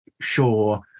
sure